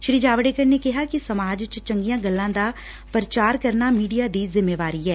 ਸ੍ਰੀ ਜਾਵੜੇਕਰ ਨੇ ਕਿਹਾ ਕਿ ਸਮਾਜ ਚ ਚੰਗੀਆਂ ਗੱਲਾਂ ਦਾ ਪ੍ਰਚਾਰ ਕਰਨਾ ਮੀਡੀਆ ਦੀ ਜਿੰਮੇਵਾਰੀ ਐ